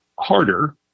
harder